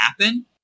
happen